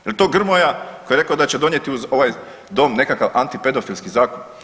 Je li to Grmoja koji je rekao da će donijeti u ovaj dom nekakav antipedofilski zakon?